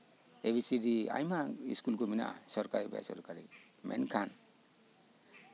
ᱮ B C D ᱟᱭᱢᱟ school ᱠᱚ ᱢᱮᱱᱟᱜᱼᱟ ᱥᱚᱨᱠᱟᱨᱤ ᱵᱮᱥᱚᱨᱠᱟᱨᱤ ᱢᱮᱱᱠᱷᱟᱱ